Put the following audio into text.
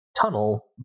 tunnel